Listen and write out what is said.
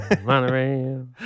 Monorail